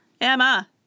Emma